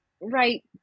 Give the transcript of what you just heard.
right